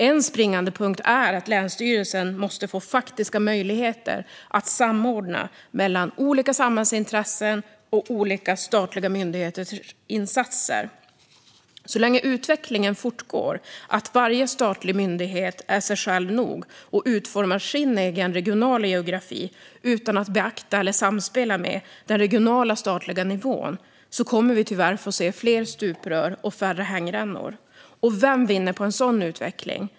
En springande punkt är att länsstyrelsen måste få faktiska möjligheter att samordna mellan olika samhällsintressen och statliga myndigheters insatser. Så länge utvecklingen fortgår att varje statlig myndighet är sig själv nog och ska utforma sin egen regionala geografi utan att beakta eller samspela med den regionala statliga nivån kommer vi tyvärr att få se fler stuprör och färre hängrännor. Vem vinner på en sådan utveckling?